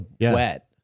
wet